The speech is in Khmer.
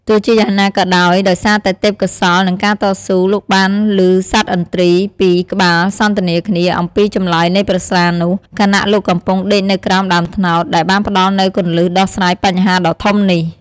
ទោះជាយ៉ាងណាក៏ដោយសារតែទេពកោសល្យ និងការតស៊ូ លោកបានលឺសត្វឥន្ទ្រីពីរក្បាលសន្ទនាគ្នាអំពីចម្លើយនៃប្រស្នានោះ ខណៈលោកកំពុងដេកនៅក្រោមដើមត្នោត ដែលបានផ្តល់នូវគន្លឹះដោះស្រាយបញ្ហាដ៏ធំនេះ។